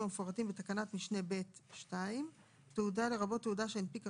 המפורטים בתקנת משנה (ב)(2); "תעודה" לרבות תעודה שהנפיקה